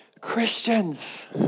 Christians